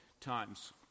times